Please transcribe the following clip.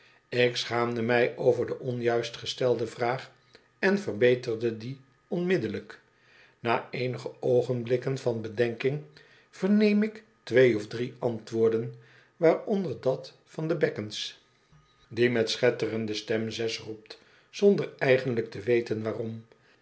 ik schaamde mij over de onjuist gestelde vraag en verbeterde die onmiddellijk na eenige oogenblikken van bedenking verneem ik twee of drie antwoorden waaronder dat van de bekkens die met schetterende stem zes roept zonder eigenlijk te weten waarom